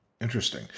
Interesting